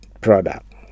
product